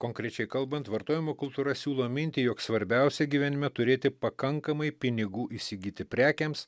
konkrečiai kalbant vartojimo kultūra siūlo mintį jog svarbiausia gyvenime turėti pakankamai pinigų įsigyti prekėms